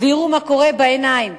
ויראו בעיניהם